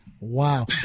Wow